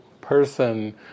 person